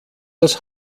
das